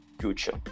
future